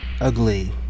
ugly